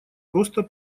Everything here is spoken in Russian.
просто